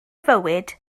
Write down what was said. fywyd